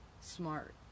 smart